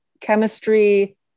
chemistry